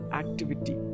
activity